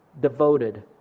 devoted